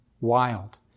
Wild